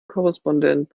korrespondent